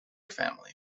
family